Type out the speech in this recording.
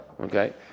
Okay